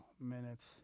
minutes